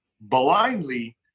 blindly